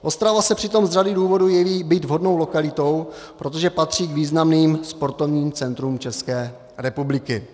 Ostrava se přitom z řady důvodů jeví být vhodnou lokalitou, protože patří k významným sportovním centrům České republiky.